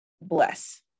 Bless